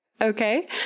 okay